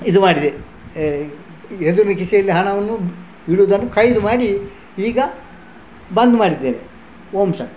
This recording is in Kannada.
ಇದು ಮಾಡಿದೆ ಎದುರು ಕಿಸೆಯಲ್ಲಿ ಹಣವನ್ನು ಇಡುವುದನ್ನು ಕೈದ್ ಮಾಡಿ ಈಗ ಬಂದ್ ಮಾಡಿದ್ದೇನೆ ಓಂ ಶಾಂತಿ